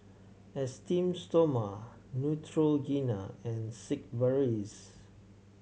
Esteem Stoma Neutrogena and Sigvaris